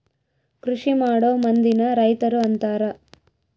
ಕೃಷಿಮಾಡೊ ಮಂದಿನ ರೈತರು ಅಂತಾರ